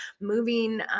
moving